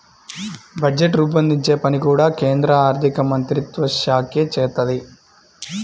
budget రూపొందించే పని కూడా కేంద్ర ఆర్ధికమంత్రిత్వశాఖే చేత్తది